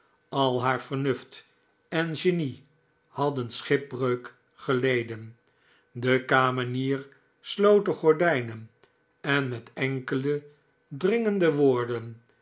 al haar vernuft en genie hadden schipbreuk geleden de kamenier sloot de gordijnen en met enkele dringende woorden